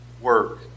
work